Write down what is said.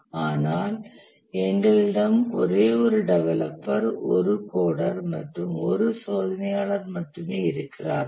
ஆனால் எங்களிடம் ஒரே ஒரு டெவலப்பர் ஒரு கோடர் மற்றும் ஒரு சோதனையாளர் மட்டுமே இருக்கிறார்கள்